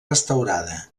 restaurada